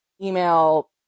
email